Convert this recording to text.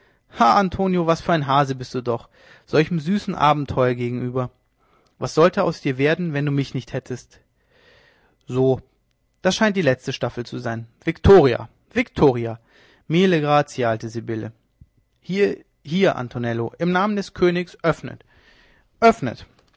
antonio was für ein hase bist du doch solchem süßen abenteuer gegenüber was sollte aus dir werden wenn du mich nicht hättest so das scheint die letzte staffel zu sein viktoria viktoria mille grazie alte sibylle hier hier antonello im namen des königs öffnet öffnet